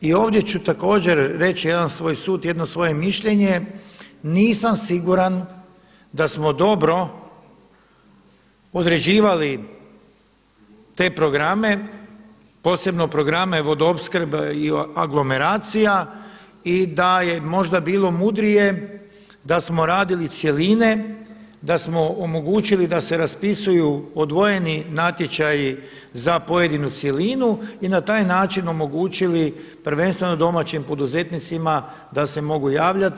I ovdje ću također reći jedan svoj sud, jedno svoje mišljenje nisam siguran da smo dobro određivali te programe posebno programe vodoopskrbe i aglomeracija i da je moda bilo mudrije da smo radili cjeline, da smo omogućili da se raspisuju odvojeni natječaji za pojedinu cjelinu i na taj način omogućili prvenstveno domaćim poduzetnicima da se mogu javljati.